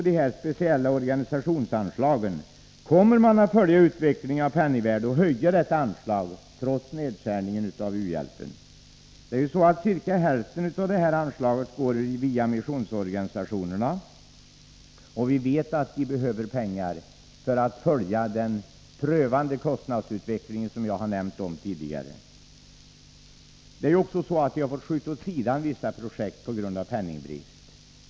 Det är ju så att ungefär hälften av anslaget går via missionsorganisationerna, och vi vet att de behöver pengar för att följa den besvärliga kostnadsutveckling som jag har nämnt. Man har fått skjuta åt sidan vissa projekt på grund av penningbrist.